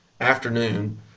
afternoon